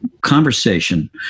conversation